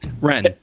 Ren